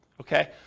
Okay